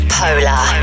polar